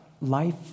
life